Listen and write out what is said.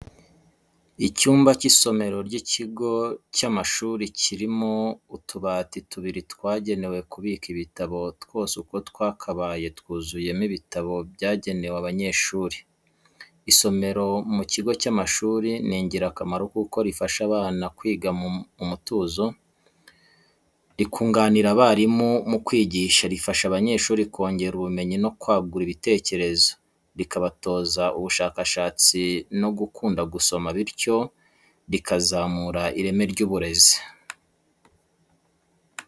Icyumba cy'isomero ry'ikigo cy'amashuri kirimo utubati tubiri twagenewe kubika ibitabo twose uko twakabaye twuzuyemo ibitabo byagenewe abanyeshuri. Isomero mu kigo cy’amashuri ni ingirakamaro kuko rifasha abana kwiga mu mutuzo, rikunganira abarimu mu kwigisha, rifasha abanyeshuri kongera ubumenyi no kwagura ibitekerezo, rikabatoza ubushakashatsi no gukunda gusoma, bityo rikazamura ireme ry’uburezi.